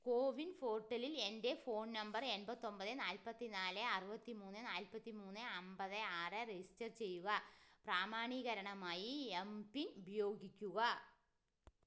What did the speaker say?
കോവിൻ പോർട്ടലിൽ എന്റെ phone number എമ്പത്തൊമ്പതെ നാല്പത്തിനാല് അറുപതിമൂന്ന് നാല്പതി മൂന്ന് അമ്പത് ആറ് രജിസ്റ്റർ ചെയ്യുക പ്രാമാണീകരണമായി എം പിൻ ഉപയോഗിക്കുക